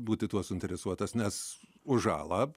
būti tuo suinteresuotas nes už žalą